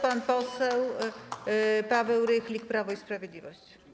Pan poseł Paweł Rychlik, Prawo i Sprawiedliwość.